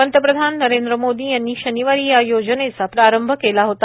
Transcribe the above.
पंतप्रधान नरेंद्र मोदी यांनी शनिवारी या योजनेचा प्रारंभ केला होता